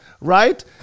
right